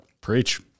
Preach